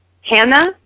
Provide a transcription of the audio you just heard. Hannah